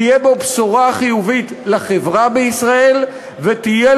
תהיה בו בשורה חיובית לחברה בישראל ותהיה